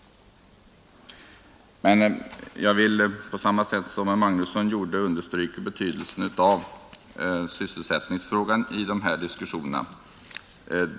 Men jag vill på samma sätt som herr Magnusson i Grebbestad gjorde understryka betydelsen av sysselsättningsfrågan i de här diskussionerna.